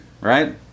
right